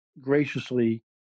graciously